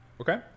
Okay